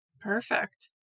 Perfect